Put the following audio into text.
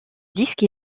disque